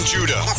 Judah